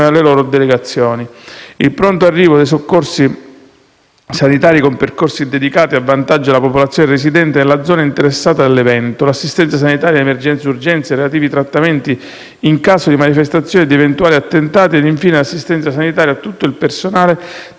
alle loro delegazioni; il pronto arrivo dei soccorsi sanitari, con percorsi dedicati, a vantaggio della popolazione residente nella zona interessata dall'evento; l'assistenza sanitaria in emergenza-urgenza e i relativi trattamenti in caso di manifestazioni e di eventuali attentati; infine, l'assistenza sanitaria a tutto il personale